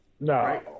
No